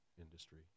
industry